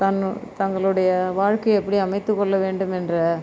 தங்களோடய தங்களுடைய வாழ்கை எப்படி அமைத்துக்கொள்ள வேண்டும் என்ற